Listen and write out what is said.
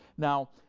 now,